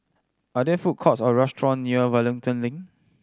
are there food courts or restaurant near Wellington Link